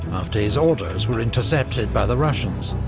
after his orders were intercepted by the russians,